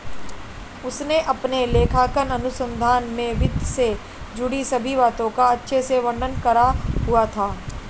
उसने अपने लेखांकन अनुसंधान में वित्त से जुड़ी सभी बातों का अच्छे से वर्णन करा हुआ था